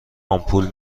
آمپول